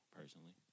personally